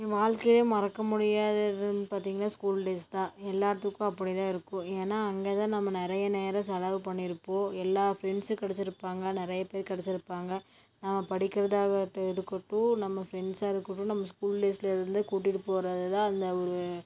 என் வாழ்க்கையிலே மறக்க முடியாதது எதுன்னு பார்த்தீங்கன்னா ஸ்கூல் டேஸ் தான் எல்லார்த்துக்கும் அப்படி தான் இருக்கும் ஏன்னா அங்கே தான் நம்ம நிறைய நேரம் செலவு பண்ணிருப்போம் எல்லா ஃப்ரெண்ட்ஸ் கிடச்சிருப்பாங்க நிறைய பேர் கிடச்சிருப்பாங்க நம்ம படிக்கிறதாக இருக்கட்டும் நம்ம ஃபிரெண்ட்ஸாக இருக்கட்டும் நம்ம ஸ்கூல் டேஸ்லருந்து கூட்டிகிட்டு போகிறது தான் அந்த ஒரு